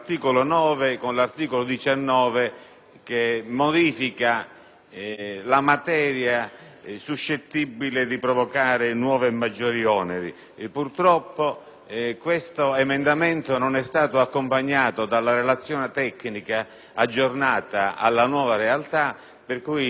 la materia suscettibile di provocare nuovi e maggiori oneri. Purtroppo però questo emendamento non è stato accompagnato dalla relazione tecnica aggiornata alla nuova realtà, per cui la invito, signora Presidente, a far presente al Governo la necessità